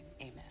Amen